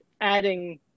adding